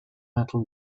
metal